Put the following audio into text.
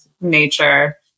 nature